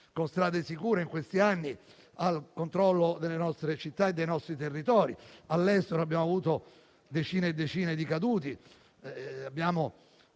"Strade sicure" in questi anni, al controllo delle nostre città e dei nostri territori. All'estero abbiamo avuto decine e decine di caduti. Abbiamo